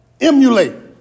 emulate